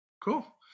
Cool